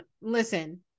listen